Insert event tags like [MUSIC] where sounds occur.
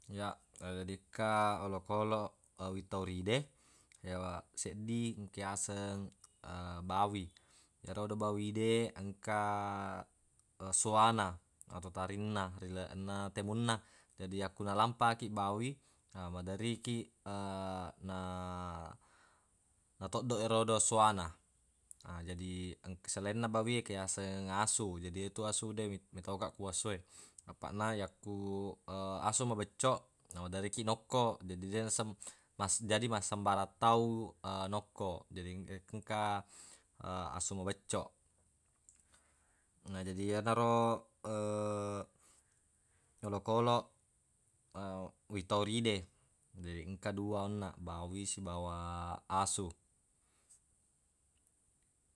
Ya jadi engka olokoloq [HESITATION] witauri de ya wa seddi engka iyaseng [HESITATION] bawi yerodo bawi de engka [HESITATION] sowana atau tarinna rilalenna temunna jadi akku nalampa kiq bawi na maderri kiq [HESITATION] natoddoq erodo sowana na jadi eng- selainna bawie engka yaseng asu jadi yetu asu de metau ka ko asue apaq na yakku [HESITATION] asu mabeccoq maderri kiq nokko jadi deq nasem- mas- jadi massembarang tau [HESITATION] nokko jadi [HESITATION] engka [HESITATION] asu mabeccoq na jadi yenaro [HESITATION] olokoloq [HESITATION] witauri de jadi engka dua onnaq bawi sibawa asu.